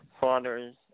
fathers